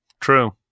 true